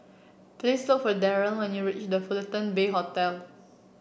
please look for Darnell when you reach The Fullerton Bay Hotel